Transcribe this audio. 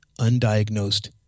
undiagnosed